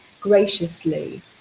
graciously